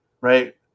right